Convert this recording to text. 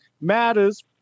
Matters